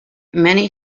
many